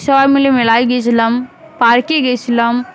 সবায় মিলে মেলায় গেছিলাম পার্কে গেছিলাম